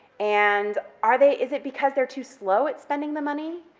and are they, is it because they're too slow at spending the money,